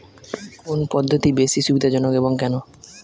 কোন পদ্ধতি বেশি সুবিধাজনক এবং কেন?